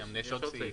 יש עוד סעיף.